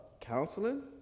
Counseling